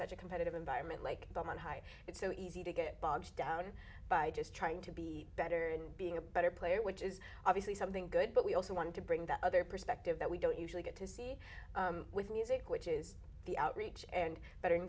such a competitive environment like the one high it's so easy to get bogged down by just trying to be better and being a better player which is obviously something good but we also want to bring the other perspective that we don't usually get to see with music which is the outreach and bettering